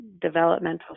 developmental